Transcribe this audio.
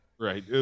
Right